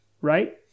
Right